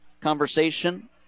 conversation